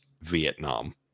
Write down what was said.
Vietnam